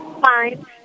Fine